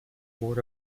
board